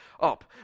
up